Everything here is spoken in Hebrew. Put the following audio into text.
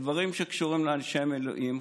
בדברים שקשורים באנשי מילואים,